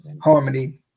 harmony